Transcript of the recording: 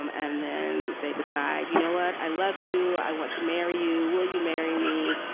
um and then they decide, you know what? i love you. i want to marry you. will you marry me?